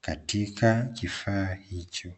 katika kifaa hicho.